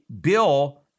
bill